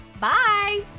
Bye